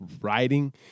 writing